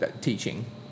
teaching